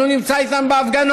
אז הוא נמצא איתם בהפגנות,